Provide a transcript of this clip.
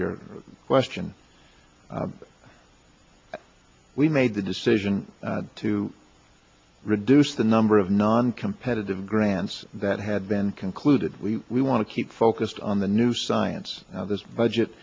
your question we made the decision to reduce the number of noncompetitive grants that had been concluded we want to keep focused on the new science this budget